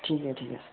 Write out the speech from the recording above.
ठीक ऐ ठीक ऐ